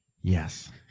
Yes